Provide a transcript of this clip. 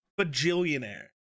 bajillionaire